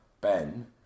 Ben